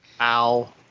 Ow